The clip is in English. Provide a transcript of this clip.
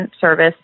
service